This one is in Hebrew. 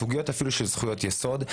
סוגיות אפילו של זכויות יסוד.